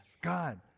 God